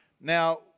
Now